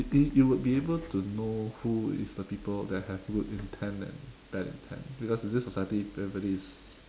it it would be able to know who is the people that have good intent and bad intent because in this society everybody is